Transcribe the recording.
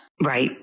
Right